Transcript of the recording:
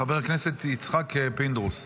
חבר הכנסת יצחק פינדרוס,